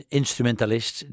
instrumentalist